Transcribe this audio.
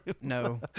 No